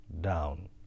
down